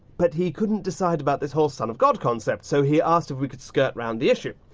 but he couldn't decide about this whole son of god concept, so he asked if we could skirt round the issue.